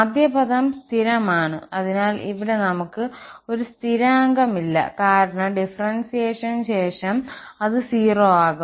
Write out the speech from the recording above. ആദ്യ പദം സ്ഥിരമാണ് അതിനാൽ ഇവിടെ നമുക്ക് ഒരു സ്ഥിരാങ്കം ഇല്ല കാരണം ഡിഫറന്സിയേഷൻ ശേഷം ശേഷം അത് 0 ആകും